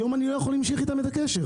היום אני לא יכול להמשיך איתם את הקשר.